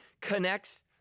connects